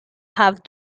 have